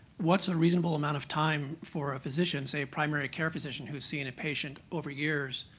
what's a reasonable amount of time for a physician say, a primary care physician who's seen a patient over years.